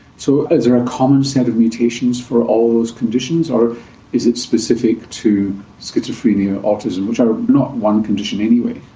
so is there a common set of mutations for all those conditions or is it specific to schizophrenia and autism, which are not one condition anyway?